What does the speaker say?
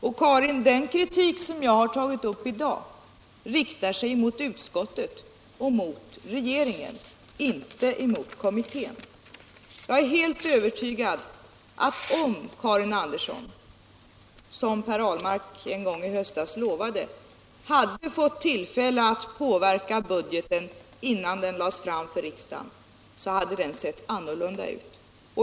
Och, Karin Andersson, den kritik som jag har tagit upp i dag riktar sig mot utskottet och regeringen, inte mot kommittén. Jag är helt övertygad om att hade Karin Andersson, som Per Ahlmark en gång i höstas lovade, fått tillfälle att påverka budgeten innan den lades fram för riksdagen, skulle den ha sett annorlunda ut.